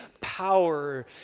power